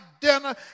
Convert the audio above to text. dinner